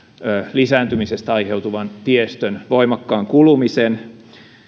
lisääntymisestä aiheutuvan tiestön voimakkaan kulumisen